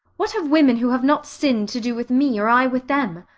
what have women who have not sinned to do with me, or i with them?